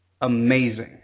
amazing